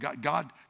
God